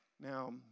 Now